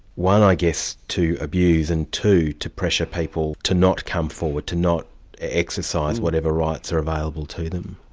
one, i guess to abuse, and two, to pressure people to not come forward, to not exercise whatever rights are available to them?